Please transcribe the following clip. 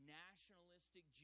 nationalistic